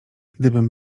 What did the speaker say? gdybym